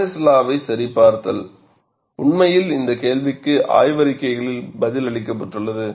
Paris law வை சரிப்பார்த்தல் உண்மையில் இந்த கேள்விக்கு ஆய்வறிக்கைகளில் பதில் அளிக்கப்பட்டுள்ளது